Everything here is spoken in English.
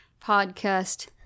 podcast